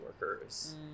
workers